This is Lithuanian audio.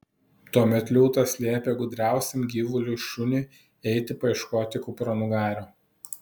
tuomet liūtas liepė gudriausiam gyvuliui šuniui eiti paieškoti kupranugario